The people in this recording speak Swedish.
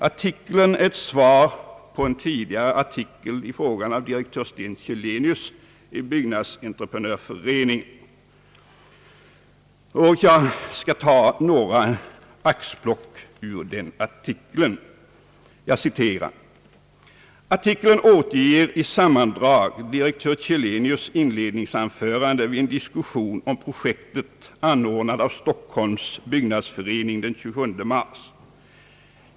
Artikeln är ett svar på en tidigare artikel i denna fråga av direktör Sten Källenius i Byggnadsentreprenörföreningen, Jag skall göra ett par axplock ur direktör Smiths artikel: »Artikeln återger i sammandrag direktör Källenius inledningsanförande vid en diskussion om projektet anordnad av Stockholms byggnadsförening den 27 mars.